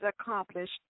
accomplished